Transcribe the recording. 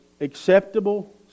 acceptable